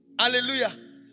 Hallelujah